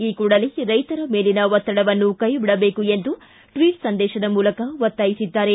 ಈ ಕೂಡಲೇ ರೈತರ ಮೇಲಿನ ಒತ್ತಡವನ್ನು ಕೈಬಿಡಬೇಕು ಎಂದು ಟ್ವೀಟ್ ಸಂದೇಶದ ಮೂಲಕ ಒತ್ತಾಯಿಸಿದ್ದಾರೆ